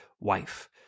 wife